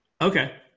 Okay